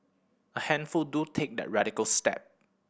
a handful do take that radical step